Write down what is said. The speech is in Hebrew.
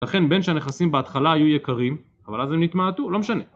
לכן בין שהנכסים בהתחלה היו יקרים, אבל אז הם נתמעטו, לא משנה...